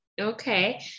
Okay